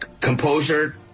composure